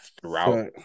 Throughout